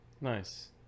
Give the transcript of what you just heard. Nice